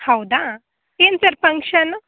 ಹೌದಾ ಏನು sir function